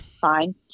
fine